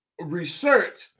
research